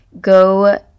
go